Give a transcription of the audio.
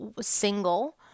single